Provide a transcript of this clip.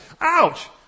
ouch